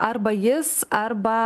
arba jis arba